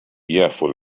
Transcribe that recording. jafu